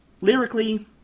lyrically